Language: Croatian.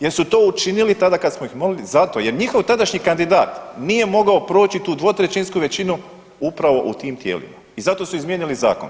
Jer su to učinili tada kad smo ih molili zato jer njihov tadašnji kandidat nije mogao proći tu dvotrećinsku većinu upravo u tim tijelima i zato su izmijenili Zakon.